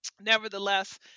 nevertheless